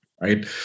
right